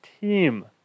team